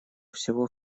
всего